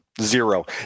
Zero